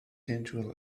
sensual